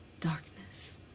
darkness